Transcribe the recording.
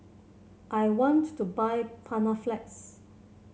I want to buy Panaflex